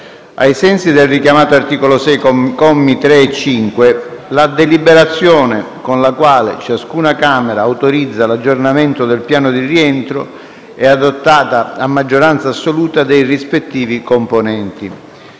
Ai sensi del richiamato articolo 6, commi 3 e 5, la deliberazione con la quale ciascuna Camera autorizza l'aggiornamento del piano di rientro è adottata a maggioranza assoluta dei rispettivi componenti.